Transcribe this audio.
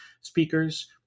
speakers